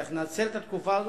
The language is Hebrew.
צריך לנצל את התקופה הזאת,